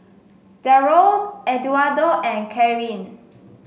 Darold Eduardo and Karyn